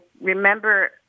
remember